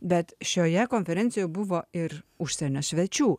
bet šioje konferencijoj buvo ir užsienio svečių